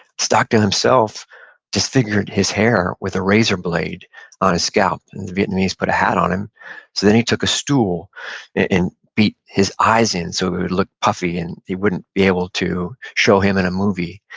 stockdale himself disfigured his hair with a razor blade on his scalp, and the vietnamese put a hat on him, so then he took a stool and beat his eyes in so it would look puffy and they wouldn't be able to show him in a movie.